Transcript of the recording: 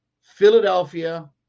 Philadelphia